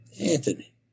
Anthony